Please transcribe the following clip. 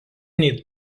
nei